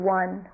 one